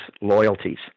loyalties